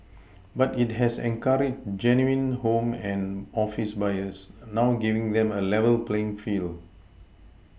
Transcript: but it has encouraged genuine home and office buyers now giving them a level playing field